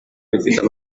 bifite